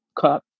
cup